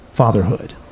fatherhood